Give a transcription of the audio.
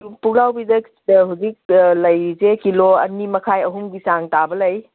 ꯄꯨꯛꯂꯥꯎꯕꯤꯗ ꯍꯧꯖꯤꯛ ꯂꯩꯔꯤꯁꯦ ꯀꯤꯂꯣ ꯑꯅꯤꯃꯈꯥꯏ ꯑꯍꯨꯝꯒꯤ ꯆꯥꯡ ꯇꯥꯕ ꯂꯩ